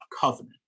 covenant